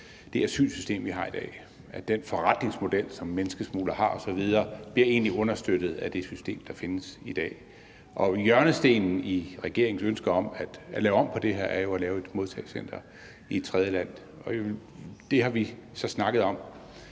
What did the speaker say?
det asylsystem, vi har i dag, fordi den forretningsmodel, som menneskesmuglerne osv. har, egentlig bliver understøttet af det system, der findes i dag. Hjørnestenen i regeringens ønske om at lave om på det her er jo at lave et modtagecenter i et tredjeland, og det har vi så snakket om